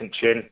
chin